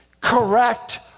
correct